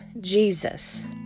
Jesus